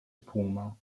puma